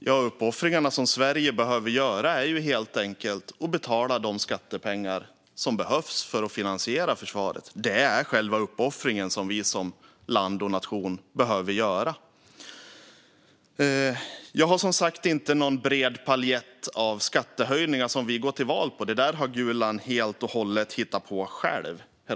Herr ålderspresident! De uppoffringar Sverige som nation behöver göra är att betala de skattepengar som krävs för att finansiera försvaret. Vi går inte till val på någon bred palett av skattehöjningar. Det har Gulan helt och hållet hittat på.